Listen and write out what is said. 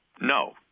No